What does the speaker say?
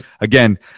again